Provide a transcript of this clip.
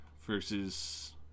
versus